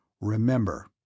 Remember